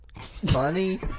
funny